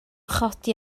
chodi